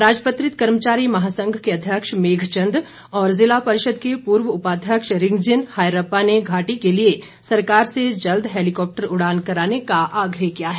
अराजपत्रित कर्मचारी महासंघ के अध्यक्ष मेगचंद और जिला परिषद के पूर्व उपाध्यक्ष रिगजिन हायरप्पा ने घाटी के लिए सरकार से जल्द हैलीकॉप्टर उड़ान कराने का आग्रह किया है